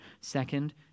second